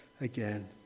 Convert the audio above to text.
again